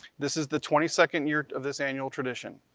this is the twenty second year of this annual tradition.